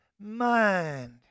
mind